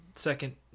second